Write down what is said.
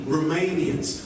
Romanians